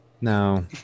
No